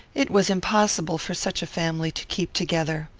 it was impossible for such a family to keep together.